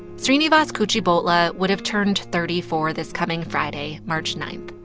srinivas kuchibhotla would have turned thirty four this coming friday, march nine.